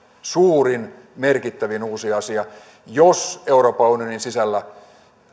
suurin merkittävin uusi asia jos euroopan unionin sisällä